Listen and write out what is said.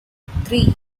three